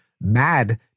mad